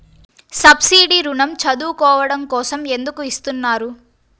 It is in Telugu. సబ్సీడీ ఋణం చదువుకోవడం కోసం ఎందుకు ఇస్తున్నారు?